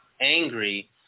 angry